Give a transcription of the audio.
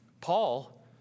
Paul